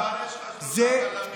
כבר יש לך שלושה בלמים.